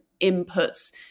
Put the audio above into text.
inputs